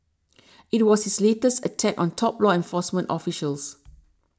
it was his latest attack on top law enforcement officials